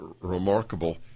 remarkable